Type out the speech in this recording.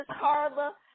Carla